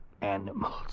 Animals